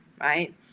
right